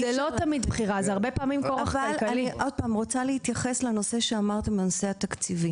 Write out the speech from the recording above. אני רוצה להתייחס לנושא התקציבי: